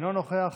אינו נוכח,